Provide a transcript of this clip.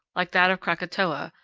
like that of krakatoa,